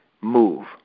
move